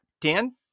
Dan